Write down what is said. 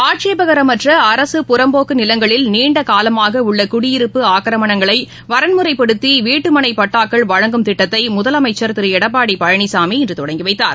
ஆட்சேபகரமற்ற அரசு புறம்போக்கு நிலங்களில் நீண்டகாலமாக உள்ள குடியிருப்பு ஆக்ரமணங்களை வரன்முறைப்படுத்தி வீட்டுமனை பட்டாக்கள் வழங்கும் திட்டத்தை முதலமைச்சர் திரு எடப்பாடி பழனிசாமி இன்று தொடங்கிவைத்தார்